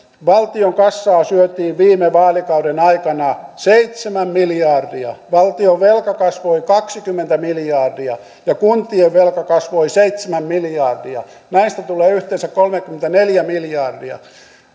valtion kassaa syötiin viime vaalikauden aikana seitsemän miljardia valtionvelka kasvoi kaksikymmentä miljardia ja kuntien velka kasvoi seitsemän miljardia näistä tulee yhteensä kolmekymmentäneljä miljardia